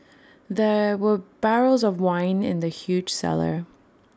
there were barrels of wine and the huge cellar